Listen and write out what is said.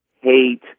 hate